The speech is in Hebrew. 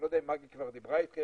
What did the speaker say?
אני לא יודע אם מגי כבר דיברה איתכם,